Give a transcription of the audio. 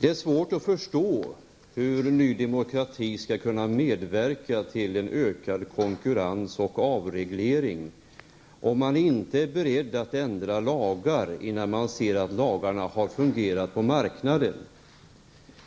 Det är svårt att förstå hur Ny Demokrati skall kunna medverka till en ökad konkurrens och en avreglering utan att vara beredd att ändra i lagar innan man vet hur de har fungerat på marknaden.